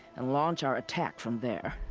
and launch our attack from there.